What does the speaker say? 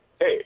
hey